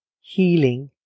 healing